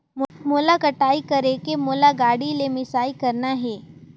मोला कटाई करेके मोला गाड़ी ले मिसाई करना हे?